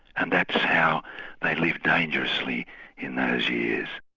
and that's how they lived dangerously in those years.